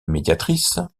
médiatrice